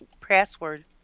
password